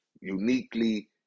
uniquely